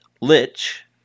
Lich